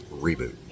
reboot